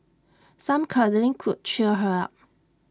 some cuddling could cheer her up